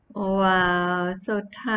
!wah! so ti~